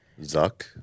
Zuck